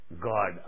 God